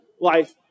life